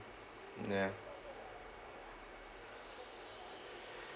ya